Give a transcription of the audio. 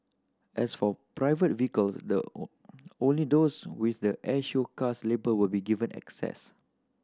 as for private vehicles the only those with the air show cars label will be given access